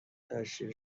تشکیل